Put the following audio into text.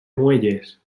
muelles